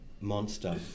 monster